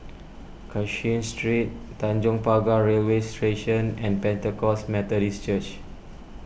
Cashin Street Tanjong Pagar Railway Station and Pentecost Methodist Church